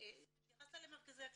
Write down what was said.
התייחסת למרכזי הקליטה.